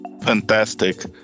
Fantastic